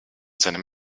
seinem